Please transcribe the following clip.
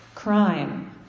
Crime